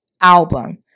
album